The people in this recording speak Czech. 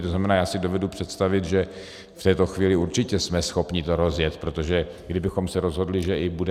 To znamená, já si dovedu představit, že v této chvíli určitě jsme schopni to rozjet, protože kdybychom se rozhodli, že i budeme